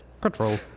Control